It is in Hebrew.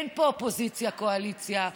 אין פה אופוזיציה קואליציה.